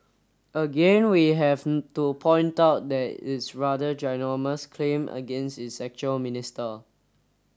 again we have to point out that it's rather ginormous claim against is actual minister